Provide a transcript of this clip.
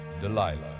Delilah